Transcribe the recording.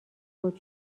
خود